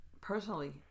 personally